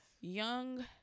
young